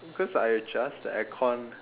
because I adjust the aircon